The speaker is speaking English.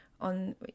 on